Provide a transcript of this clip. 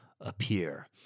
appear